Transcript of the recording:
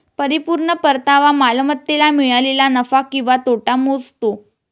परिपूर्ण परतावा मालमत्तेला मिळालेला नफा किंवा तोटा मोजतो